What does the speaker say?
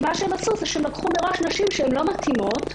הם לקחו מראש נשים לא מתאימות ואז,